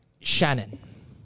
Shannon